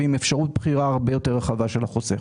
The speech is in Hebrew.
החוסך, ועם אפשרות בחירה הרבה יותר רחבה של החוסך.